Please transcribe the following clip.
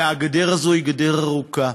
והגדר הזאת היא גדר ארוכה,